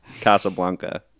Casablanca